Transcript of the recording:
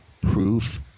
proof